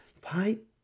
Pipe